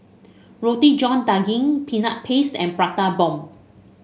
Roti John Daging Peanut Paste and Prata Bomb